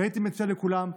והייתי מציע לכולם,